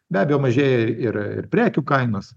be abejo mažėja ir ir prekių kainos